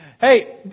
Hey